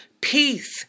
Peace